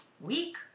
week